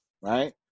right